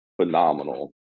phenomenal